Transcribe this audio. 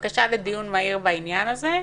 בקשה לדיון מהיר בעניין הזה,